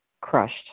crushed